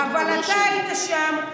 אבל אתה היית שם,